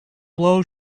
blow